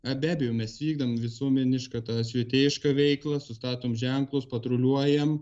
na be abejo mes vykdom visuomenišką tą švietėjiškąveiklą sustatom ženklus patruliuojam